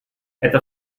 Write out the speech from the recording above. etwa